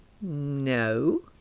No